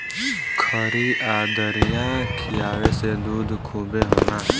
खरी आ दरिया खिआवे से दूध खूबे होला